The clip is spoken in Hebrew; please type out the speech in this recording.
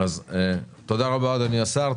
תודה רבה אדוני השר,